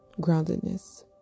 groundedness